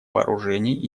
вооружений